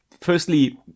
firstly